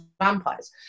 vampires